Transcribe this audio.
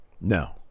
No